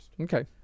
Okay